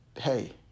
Hey